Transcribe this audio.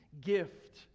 gift